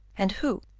and who,